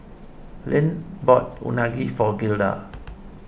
Lynne bought Unagi for Gilda